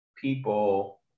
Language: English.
people